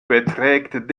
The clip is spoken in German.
beträgt